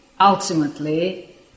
ultimately